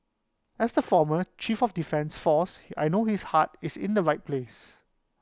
as the former chief of defence force I know his heart is in the right place